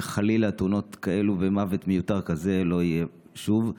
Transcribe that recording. שחלילה תאונות כאלה ומוות מיותר כזה לא יהיו שוב.